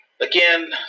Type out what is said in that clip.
again